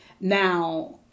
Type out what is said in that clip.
Now